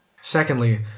Secondly